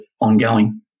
ongoing